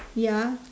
ya